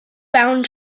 bound